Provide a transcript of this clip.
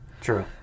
True